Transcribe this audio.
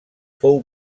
fou